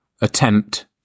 attempt